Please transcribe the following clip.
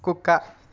కుక్క